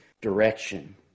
direction